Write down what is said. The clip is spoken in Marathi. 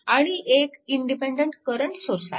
आणि एक इंडिपेन्डन्ट करंट सोर्स आहे